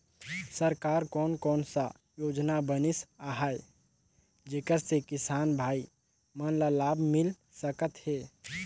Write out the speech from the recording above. सरकार कोन कोन सा योजना बनिस आहाय जेकर से किसान भाई मन ला लाभ मिल सकथ हे?